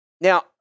Now